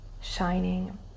shining